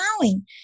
allowing